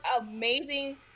amazing